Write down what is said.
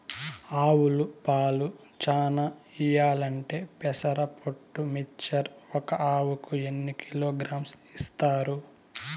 ఆవులు పాలు చానా ఇయ్యాలంటే పెసర పొట్టు మిక్చర్ ఒక ఆవుకు ఎన్ని కిలోగ్రామ్స్ ఇస్తారు?